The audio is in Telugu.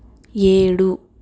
ఏడు